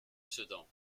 sedan